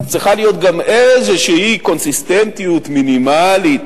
צריכה להיות גם איזו קונסיסטנטיות מינימלית